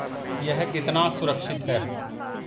यह कितना सुरक्षित है?